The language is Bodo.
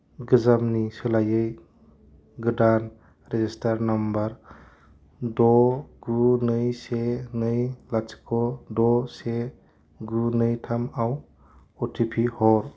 गोजामनि सोलायै गोदान रेजिस्टार्ड नाम्बार द गु नै से नै लाथिख' द से गु नै थाम आव अ टि पि हर